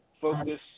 focus